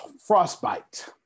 frostbite